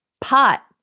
pot